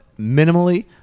minimally